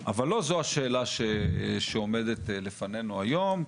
אבל לא זו השאלה שעומדת לפנינו היום,